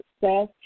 Success